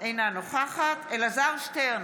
אינה נוכחת יאיר לפיד,